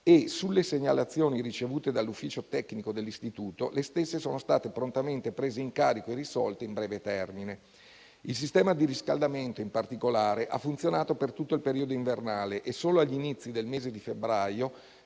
alle segnalazioni ricevute dall'ufficio tecnico dell'Istituto, le stesse sono state prontamente prese in carico e risolte in breve termine. Il sistema di riscaldamento, in particolare, ha funzionato per tutto il periodo invernale e solo agli inizi del mese di febbraio